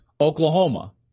Oklahoma